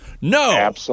No